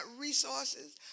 resources